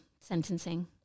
sentencing